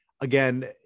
again